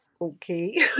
okay